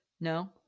No